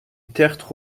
tertre